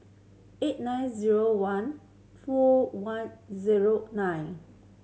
eight nine zero one four one zero nine